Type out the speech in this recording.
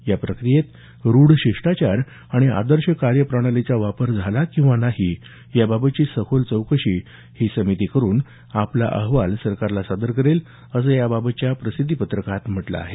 या प्रकरणात रूढ शिष्टाचार आणि आदर्श कार्य प्रणालीचा वापर झाली किंवा नाही याबाबतची चौकशी ही समिती करून आपला अहवाल सरकारला सादर करील असं याबाबतच्या प्रसिद्धी पत्रकात म्हटलं आहे